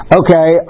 okay